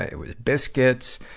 it was biscuits.